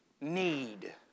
need